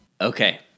Okay